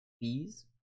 bees